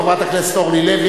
חברת הכנסת אורלי לוי,